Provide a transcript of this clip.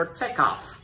takeoff